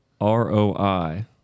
R-O-I